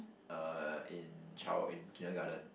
uh in child in kindergarten